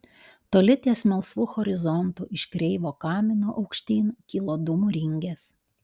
toli ties melsvu horizontu iš kreivo kamino aukštyn kilo dūmų ringės